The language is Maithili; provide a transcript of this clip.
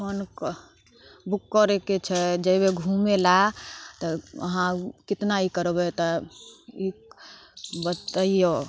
फोन कऽ बुक करैके छै जेबै घूमै लऽ तऽ अहाँ कितना ई करबै तऽ ई बतैयो